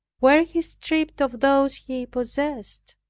were he stripped of those he possessed.